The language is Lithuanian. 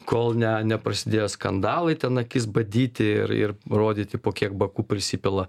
kol ne neprasidėjo skandalai ten akis badyti ir ir rodyti po kiek bakų prisipila